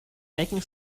making